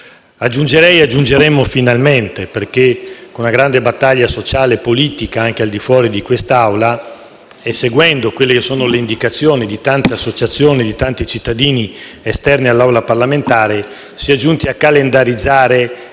Aggiungerei «finalmente», perché, con una grande battaglia sociale e politica, anche fuori di quest'Aula, e seguendo le indicazioni di tante associazioni e di tanti cittadini esterni all'Aula parlamentare si è giunti a calendarizzare,